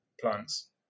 plants